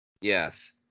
Yes